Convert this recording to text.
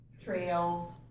trails